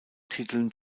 titeln